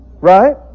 right